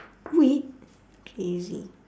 weed crazy